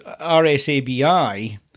RSABI